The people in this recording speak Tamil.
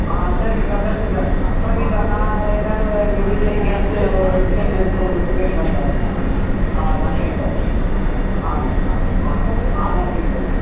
ஆ சரிங்க சார் சரிங்க சார் சரிங்க சார் நான் என்னன்னு எங்கள் வீட்டிலையும் கேட்டு டிசைட் பண்ணிட்டு உங்கள்கிட்ட பேசுகிறேன் சார் ஆ நன்றிங்க சார் ஆ ஆ நன்றிங்க சார் நன்றி